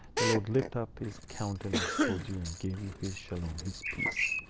the lord lift up his countenance towards you and give you his shalom, his peace.